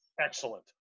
Excellent